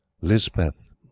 Lisbeth